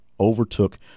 overtook